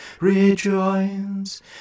rejoins